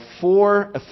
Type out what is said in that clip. four